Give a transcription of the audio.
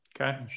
Okay